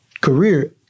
career